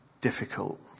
difficult